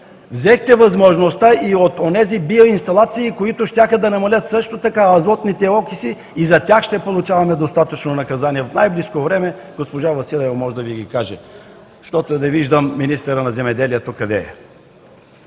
взехте възможността и онези биоинсталации, които щяха да намалят също така азотните окиси, и за тях ще получаваме достатъчно наказания в най-близко време. Госпожа Василева може да Ви ги каже, защото не виждам министъра на земеделието къде е.